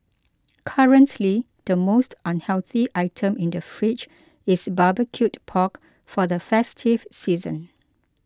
currently the most unhealthy item in the fridge is barbecued pork for the festive season